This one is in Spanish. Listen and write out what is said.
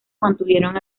mantuvieron